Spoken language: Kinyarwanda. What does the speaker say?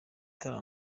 tara